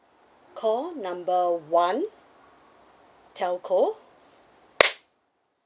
call number one telco